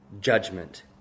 judgment